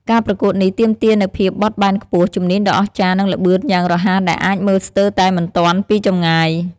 ការប្រកួតនេះទាមទារនូវភាពបត់បែនខ្ពស់ ជំនាញដ៏អស្ចារ្យ និងល្បឿនយ៉ាងរហ័សដែលអាចមើលស្ទើរតែមិនទាន់ពីចម្ងាយ។